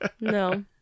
No